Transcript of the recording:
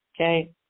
okay